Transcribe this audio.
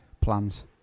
plans